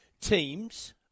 teams